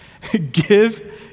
Give